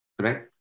Right